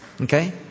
Okay